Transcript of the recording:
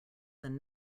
than